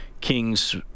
Kings